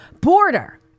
border